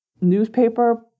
newspaper